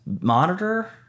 monitor